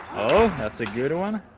that's a good one.